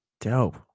Dope